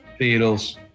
Beatles